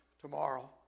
tomorrow